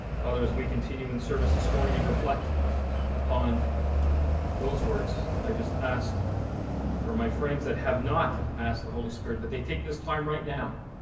father, as we continue in service this morning and reflect upon those words, i just ask for my friends that have not asked the holy spirit that they take this time right now